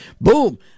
Boom